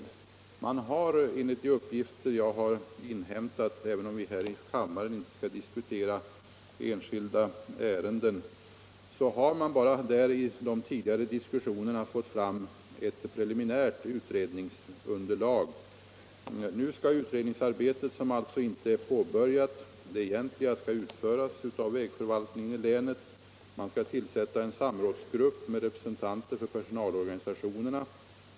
Vi skall här i kammaren inte diskutera enskilda fall, men enligt de uppgifter jag har inhämtat har man i de tidigare diskussionerna fört fram ett preliminärt utredningsunderlag. Nu skall det egentliga utredningsarbetet, som alltså ännu inte påbörjats, utföras av vägförvaltningen i länet. Man skall tillsätta en samrådsgrupp med representanter för personalorganisationerna.